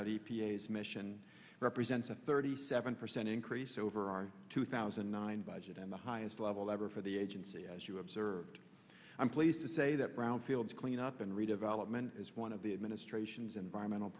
s mission represents a thirty seven percent increase over our two thousand and nine budget and the highest level ever for the agency as you observed i'm pleased to say that brownfield cleanup and redevelopment is one of the administration's environmental